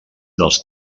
dels